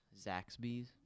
Zaxby's